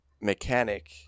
mechanic